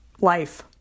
life